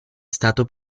stato